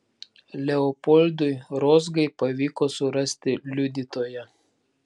leopoldui rozgai pavyko surasti liudytoją